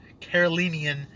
Carolinian